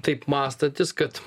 taip mąstantys kad